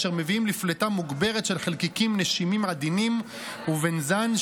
אשר מביאים לפליטה מוגברת של חלקיקים נשימים עדינים ובנזן,